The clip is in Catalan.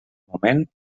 moment